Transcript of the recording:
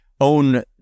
own